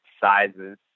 sizes